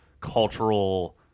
cultural –